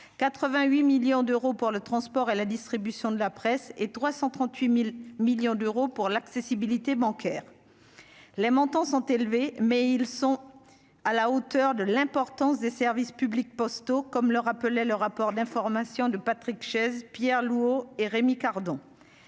88 millions d'euros pour le transport et la distribution de la presse et 338000 millions d'euros pour l'accessibilité bancaire, les montants sont élevés, mais ils sont à la hauteur de l'importance des services publics postaux comme le rappelait le rapport d'information, de Patrick Chaize Pierre lourd et Rémi Cardon,